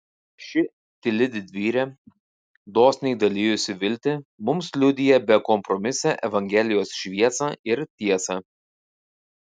ši tyli didvyrė dosniai dalijusi viltį mums liudija bekompromisę evangelijos šviesą ir tiesą